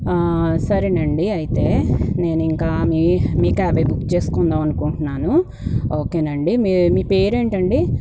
సరేనండి అయితే నేను ఇంకా మీ క్యాబే బుక్ చేసుకుందాం అనుకుంటున్నాను ఓకేనండి మీ పేరేంటండి